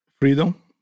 freedom